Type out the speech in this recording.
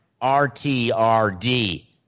R-T-R-D